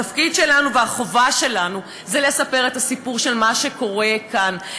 התפקיד והחובה שלנו הם לספר את הסיפור של מה שקורה כאן,